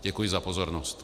Děkuji za pozornost.